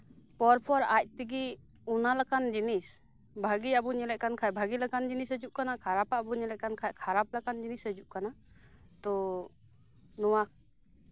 ᱯᱚᱨ ᱯᱚᱨ ᱟᱡ ᱛᱮᱜᱮ ᱚᱱᱟ ᱞᱮᱠᱟᱱ ᱡᱤᱱᱤᱥ ᱵᱷᱟᱜᱮᱭᱟᱜ ᱵᱚᱱ ᱧᱮᱞᱮᱫ ᱠᱷᱟᱱ ᱵᱷᱟᱹᱜᱮ ᱞᱮᱠᱟᱱ ᱡᱤᱱᱤᱥ ᱦᱤᱡᱩᱜ ᱠᱟᱱᱟ ᱠᱷᱟᱨᱟᱯ ᱟᱜ ᱵᱚᱱ ᱧᱮᱞᱮᱫ ᱠᱷᱟᱱ ᱠᱷᱟᱨᱟᱯ ᱞᱮᱠᱟᱱ ᱡᱤᱱᱤᱥ ᱦᱤᱡᱩᱜ ᱠᱟᱱᱟ ᱛᱚ ᱱᱚᱣᱟ